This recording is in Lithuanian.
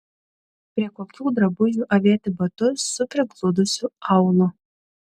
prie kokių drabužių avėti batus su prigludusiu aulu